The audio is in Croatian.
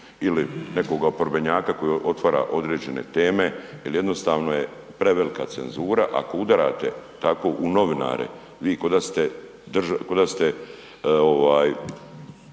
ili nekog oporbenjaka koji otvara određene teme jel jednostavno je prevelika cenzura, ako udarate tako u novinare, vi koda ste,